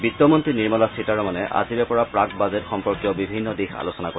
বিত্তমন্ত্ৰী নিৰ্মলা সীতাৰমনে আজিৰে পৰা প্ৰাক বাজেট সম্পৰ্কীয় বিভিন্ন দিশ আলোচনা কৰিব